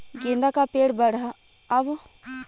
गेंदा का पेड़ बढ़अब खातिर का होखेला?